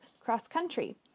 cross-country